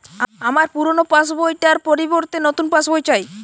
আমার পুরানো পাশ বই টার পরিবর্তে নতুন পাশ বই চাই